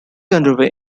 underway